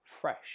fresh